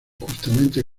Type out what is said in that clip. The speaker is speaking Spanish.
justamente